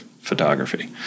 photography